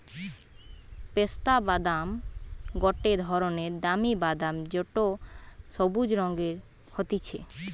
পেস্তা বাদাম গটে ধরণের দামি বাদাম যেটো সবুজ রঙের হতিছে